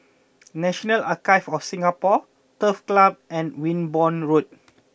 National Archives of Singapore Turf Club and Wimborne Road